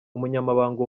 umunyamabanga